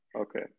Okay